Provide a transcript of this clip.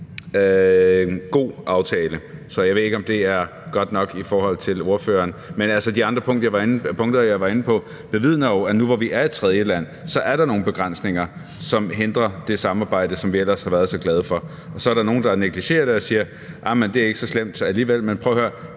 god aftale. Så ved jeg ikke, om det er godt nok for ordføreren. Men altså, de andre punkter, jeg var inde på, bevidner jo, at nu, hvor vi er et tredjeland, er der nogle begrænsninger, som hindrer det samarbejde, som vi ellers har været så glade for. Og så er der nogle, der negligerer det og siger, at det ikke er så slemt alligevel. Men prøv at høre: